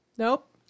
Nope